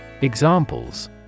Examples